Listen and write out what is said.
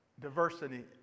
diversity